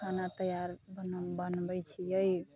खाना तैयार बनबै छियै